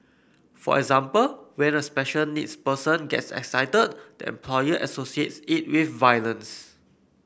for example when a special needs person gets excited the employer associates it with violence